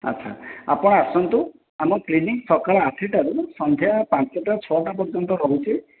ଆଚ୍ଛା ଆପଣ ଆସନ୍ତୁ ଆମ କ୍ଲିନିକ୍ ସକାଳ ଆଠ ଠାରୁ ସନ୍ଧ୍ୟା ପାଞ୍ଚଟା ଛଅଟା ପର୍ଯ୍ୟନ୍ତ ରହୁଛି